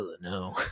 no